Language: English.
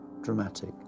dramatic